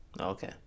Okay